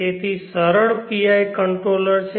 તેથી સરળ PI controller છે